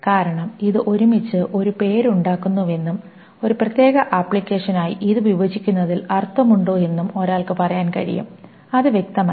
കാരണം ഇത് ഒരുമിച്ച് ഒരു പേര് ഉണ്ടാക്കുന്നുവെന്നും ഒരു പ്രത്യേക ആപ്ലിക്കേഷനായി ഇത് വിഭജിക്കുന്നതിൽ അർത്ഥമുണ്ടോ എന്നും ഒരാൾക്ക് പറയാൻ കഴിയും അത് വ്യക്തമല്ല